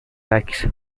hex